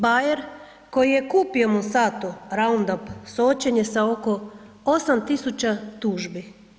Bayer koji je kupio Monsanto Ronudup suočen je sa oko 8.000 tužbi.